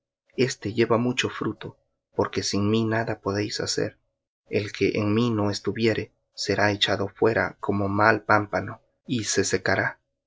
éste lleva mucho fruto porque sin mí nada podéis hacer el que en mí no estuviere será echado fuera como pámpano y se secará